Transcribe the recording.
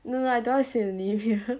no lah I don't want to say the name